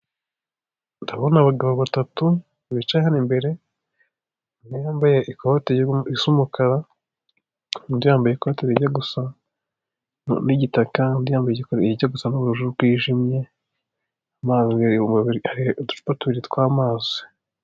Ndabona abagabo batatu bicaye hano imbere, umwe yambaye ikoti risa umukara, undi yambaye ikoti rijya gusa n'igitaka, undi yambaye irijya gusa n'ubururu bwijimye, haiuducupa tubiri tw'amazi.